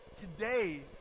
today